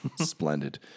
Splendid